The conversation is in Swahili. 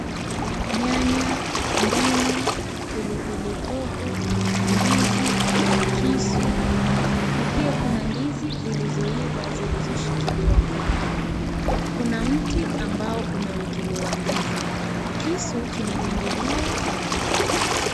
Nyanya, ndimu, pilipili hoho, ndizi, kisu na pia kuna ndizi zilizoiva zilizoshikiliwa kwa kamba. Kuna mti ambao umewekelewa ndizi. Kisu imediungiliwa kwenye ndizi.